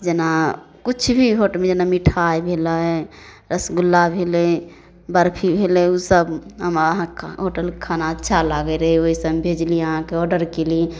जेना किछु भी होटलमे जेना मिठाइ भेलै रसगुल्ला भेलै बरफी भेलै ओसब हमरा अहाँके होटलके खाना अच्छा लागै रहै हइ ओहिसँ हम भेजली अहाँके ऑडर कएली